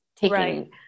taking